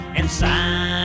inside